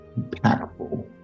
impactful